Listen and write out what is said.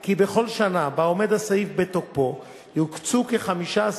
כי בכל שנה שבה עומד הסעיף בתוקפו יוקצו כ-15